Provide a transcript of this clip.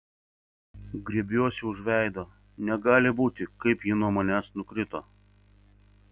griebiuosi už veido negali būti kaip ji nuo manęs nukrito